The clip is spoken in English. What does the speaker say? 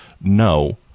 no